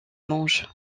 mange